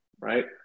right